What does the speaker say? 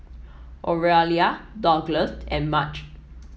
Oralia Douglas and Madge